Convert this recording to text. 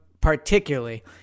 particularly